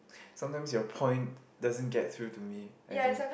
sometimes your point doesn't get through to me I think